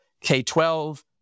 K-12